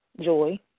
joy